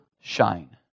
shine